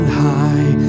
high